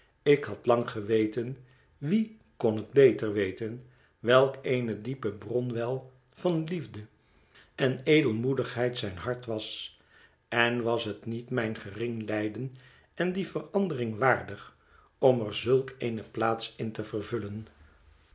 ik had lang geweten wie kon het beter weten welk eene diepe bronwei van liefde en edelmoedigheid zijn hart was en was het niet mijn gering lijden en die verandering waardig om er zulk eene plaats in te vervullen